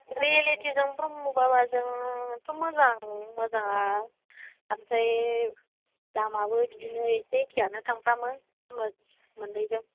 रियेलिटिजों ब्रह्म बाबाजोंथ' मोजां मोजाङा ओमफ्राय दामआबो बिदिनो एसे एखेयानो थांफ्रामो मोननैजों